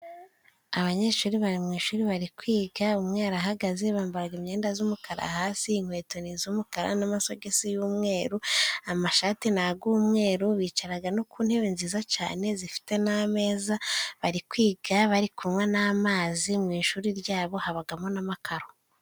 Abanyeshuri bari mu ishuri bari kwiga, umwe arahagaze, bambaraga imyenda z'umukara hasi, inkweto ni iz'umukara n'amagisi y'umweru, amashati n'ag'umweru bicaraga no ku ntebe nziza cane zifite n'ameza, bari kwiga bari kunywa n'amazi, mu ishuri ryabo habagamo n'amakaro.